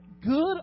good